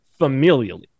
familially